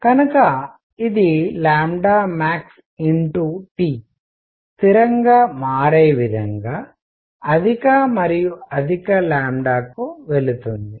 కనుక ఇది maxTస్థిరంగా మారే విధంగా అధిక మరియు అధిక కి వెళుతుంది